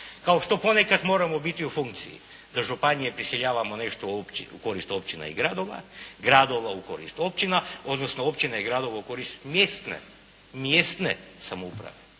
Kao što ponekad moramo biti u funkciji da županije prisiljavamo nešto u korist općina i gradova, gradova u korist općina, odnosno općine i gradove u korist mjesne samouprave.